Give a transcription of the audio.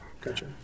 Gotcha